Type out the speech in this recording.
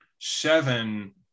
seven